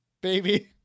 baby